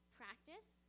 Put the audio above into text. practice